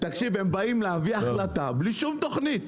תקשיב הם באים להביא החלטה בלי שום תוכנית,